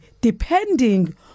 depending